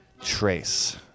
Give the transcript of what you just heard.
Trace